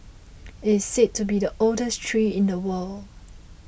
it is said to be the oldest tree in the world